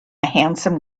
handsome